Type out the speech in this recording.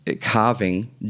carving